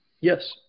Yes